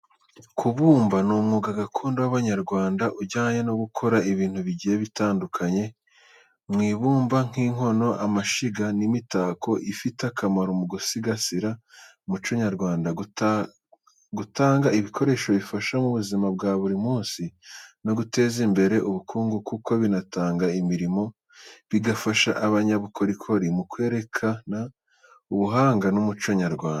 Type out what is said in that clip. Kubumba ni umwuga gakondo w’Abanyarwanda ujyanye no gukora ibintu bigiye bitandukanye mu ibumba, nk’inkono, amashyiga, n’imitako. Ufite akamaro mu gusigasira umuco nyarwanda, gutanga ibikoresho bifasha mu buzima bwa buri munsi, no guteza imbere ubukungu kuko binatanga imirimo, bigafasha, abanyabukorikori mu kwerekana ubuhanga n’umuco nyarwanda.